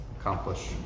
accomplish